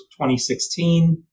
2016